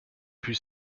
plus